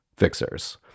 fixers